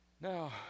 Now